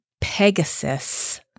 Pegasus